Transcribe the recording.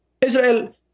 Israel